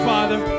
Father